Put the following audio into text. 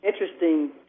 interesting